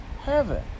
heaven